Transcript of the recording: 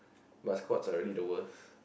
but squats are really the worst